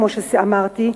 כמו שאמרתי,